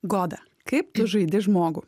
goda kaip tu žaidi žmogų